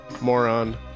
moron